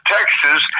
Texas